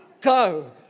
go